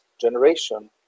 generation